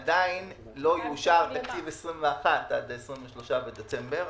עדיין לא יאושר תקציב 2021 עד ה-23 בדצמבר,